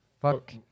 Fuck